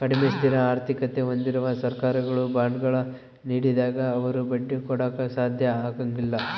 ಕಡಿಮೆ ಸ್ಥಿರ ಆರ್ಥಿಕತೆ ಹೊಂದಿರುವ ಸರ್ಕಾರಗಳು ಬಾಂಡ್ಗಳ ನೀಡಿದಾಗ ಅವರು ಬಡ್ಡಿ ಕೊಡಾಕ ಸಾಧ್ಯ ಆಗಂಗಿಲ್ಲ